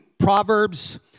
Proverbs